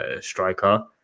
striker